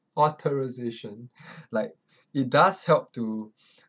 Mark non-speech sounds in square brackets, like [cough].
authorisation like it does help to [breath]